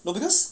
no because